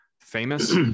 famous